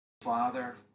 Father